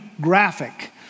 graphic